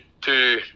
two